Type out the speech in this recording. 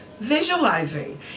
visualizing